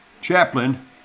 Chaplain